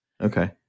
Okay